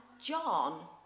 John